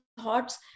thoughts